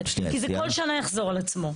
כי כל שנה זה יחזור על עצמו.